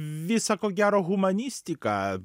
visa ko gero humanistika